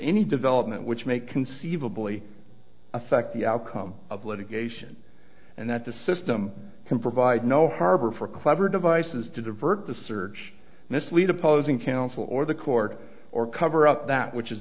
any development which may conceivably affect the outcome of litigation and that the system can provide no harbor for clever devices to divert the search mislead opposing counsel or the court or cover up that which is